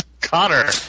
Connor